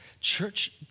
Church